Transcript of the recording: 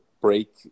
break